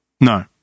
No